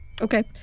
Okay